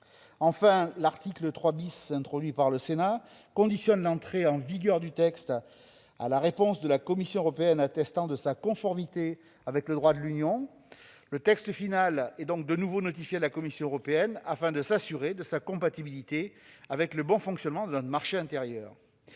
Enfin, l'article 3 , introduit par le Sénat, conditionne l'entrée en vigueur du texte à la réponse de la Commission européenne attestant sa conformité avec le droit de l'Union européenne. Le texte final sera donc de nouveau notifié à la Commission européenne afin de s'assurer de sa compatibilité avec le bon fonctionnement du marché intérieur.